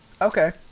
Okay